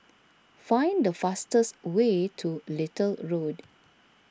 find the fastest way to Little Road